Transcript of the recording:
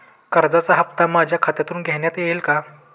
कर्जाचा हप्ता माझ्या खात्यातून घेण्यात येईल का?